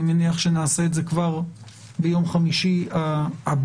אני מניח שנעשה את זה כבר ביום חמישי הקרוב.